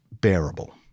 bearable